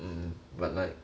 um but like